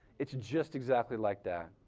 it's just exactly like that,